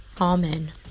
Amen